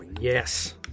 yes